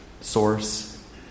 Source